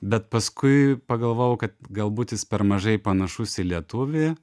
bet paskui pagalvojau kad galbūt jis per mažai panašus į lietuvį